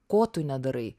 ko tu nedarai